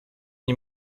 nie